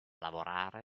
lavorare